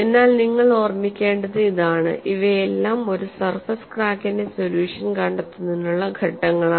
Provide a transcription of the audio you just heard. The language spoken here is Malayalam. എന്നാൽ നിങ്ങൾ ഓർമ്മിക്കേണ്ടത് ഇതാണ് ഇവയെല്ലാം ഒരു സർഫസ് ക്രാക്കിന്റെ സൊല്യൂഷൻ കണ്ടെത്തുന്നതിനുള്ള ഘട്ടങ്ങളാണ്